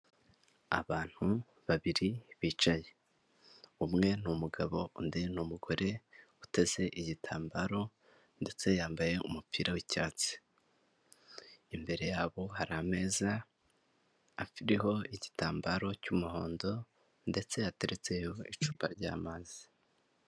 Abantu babiri bicaye umwe ni umugabo undi ni umugore utese igitambaro ndetse yambaye umupira wicyatsi, imbere yabo hari ameza ariho igitambaro cy'umuhondo ndetse hateretseho icupa ry'amazi.